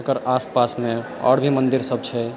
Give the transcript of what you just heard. एकर आसपासमे आओर भी मन्दिरसभ छै